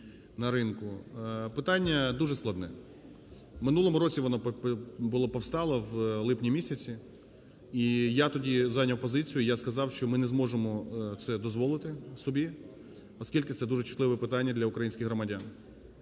Питання дуже складне. В минулому році воно було повстало в липні місяці, і я тоді зайняв позицію, і я сказав, що ми не зможемо це дозволити собі, оскільки це дуже чутливе питання для українських громадян